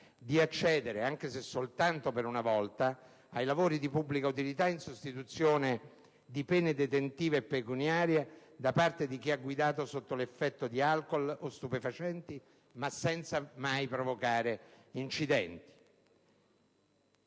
di accedere, pur se soltanto per una volta, ai lavori di pubblica utilità in sostituzione di pene detentive e pecuniarie per chi ha guidato sotto l'effetto di alcol o stupefacenti, ma senza mai provocare incidenti.